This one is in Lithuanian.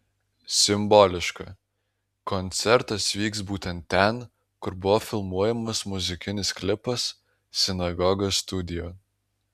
simboliška koncertas vyks būtent ten kur buvo filmuojamas muzikinis klipas sinagoga studio